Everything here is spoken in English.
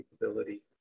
capability